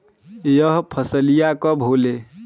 यह फसलिया कब होले?